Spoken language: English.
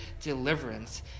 deliverance